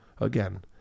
Again